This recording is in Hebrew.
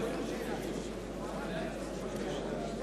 אני רק